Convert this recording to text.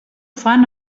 fan